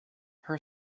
her